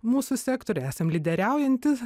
mūsų sektoriuje esam lyderiaujanti